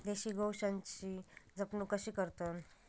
देशी गोवंशाची जपणूक कशी करतत?